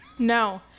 No